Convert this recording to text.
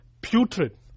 putrid